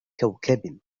كوكب